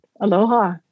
aloha